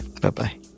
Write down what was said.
Bye-bye